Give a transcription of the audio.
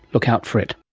look out for it